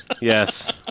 Yes